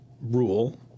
rule